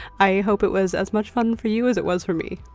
i hope it was as much fun for you as it was for me!